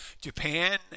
Japan